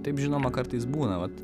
taip žinoma kartais būna vat